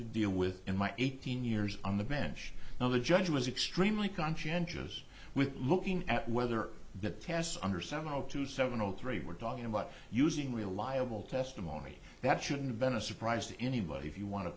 to deal with in my eighteen years on the bench now the judge was extremely conscientious with looking at whether the tests under seven zero two seven zero three we're talking about using reliable testimony that shouldn't have been a surprise to anybody if you want to